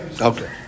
Okay